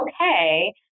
okay